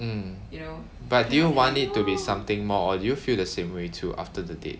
mm but do you want it to be something more or you feel the same way too after the date